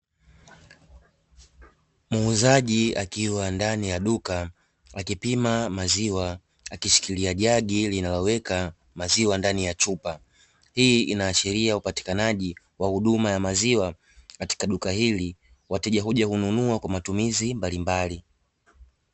Muuzaji akiwa ndani ya duka akipima maziwa akishikilia jagi linaloweka maziwa ndani ya chupa, hii inaashiria upatikanaji wa huduma ya maziwa katika duka hili, wateja huja kununua kwa matumizi mbalimbali.